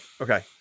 Okay